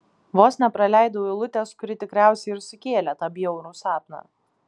vos nepraleidau eilutės kuri tikriausiai ir sukėlė tą bjaurų sapną